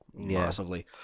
massively